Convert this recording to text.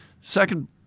Second